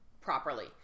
properly